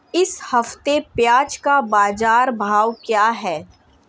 इस हफ्ते प्याज़ का बाज़ार भाव क्या है?